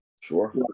sure